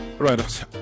Right